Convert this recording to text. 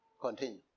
Continue